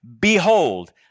Behold